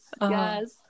Yes